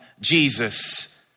Jesus